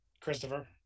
Christopher